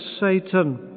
Satan